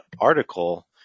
article